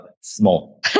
small